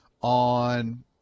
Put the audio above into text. on